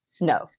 no